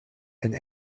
and